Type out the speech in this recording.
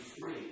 free